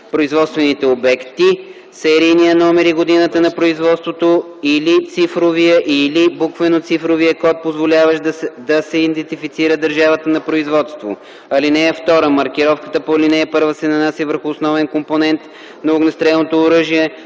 обект/производствените обекти, серийния номер и годината на производство или цифровия или буквено-цифровия код, позволяващ да се идентифицира държавата на производство. (2) Маркировката по ал. 1 се нанася върху основен компонент на огнестрелното оръжие,